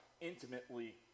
intimately